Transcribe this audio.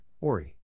Ori